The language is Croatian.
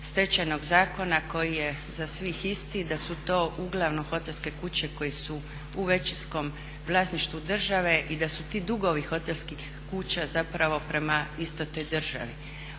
Stečajnog zakona koji je za svih isti, da su to uglavnom hotelske kuće koje su u većinskom vlasništvu države i da su ti dugovi hotelskih kuća zapravo prema istoj toj državi.